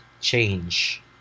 change